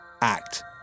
Act